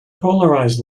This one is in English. polarized